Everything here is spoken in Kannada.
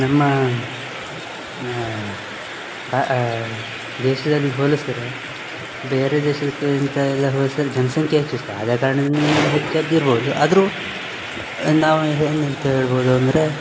ನಮ್ಮ ಬ ದೇಶದಲ್ಲಿ ಹೋಲಿಸ್ದ್ರೆ ಬೇರೆ ದೇಶಕ್ಕಿಂತ ಎಲ್ಲ ಹೋಲಿಸಿದರೆ ಜನಸಂಖ್ಯೆ ಹೆಚ್ಚಿತ್ತು ಆದ ಕಾರಣದಿಂದಲೇ ಇಲ್ಲಿ ಹೆಚ್ಚಾಗಿ ಇರ್ಬೋದು ಆದರೂ ನಾವು ಏನಂತ ಹೇಳ್ಬೋದು ಅಂದರೆ